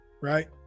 right